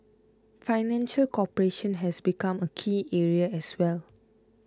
financial cooperation has become a key area as well